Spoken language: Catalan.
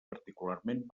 particularment